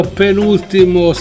penultimo